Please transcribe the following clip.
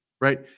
right